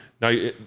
Now